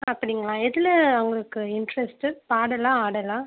அப்படிங்களா எதில் உங்களுக்கு இண்ட்ரெஸ்ட்டு பாடலா ஆடலா